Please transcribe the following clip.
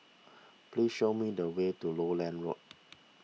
please show me the way to Lowland Road